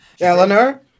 Eleanor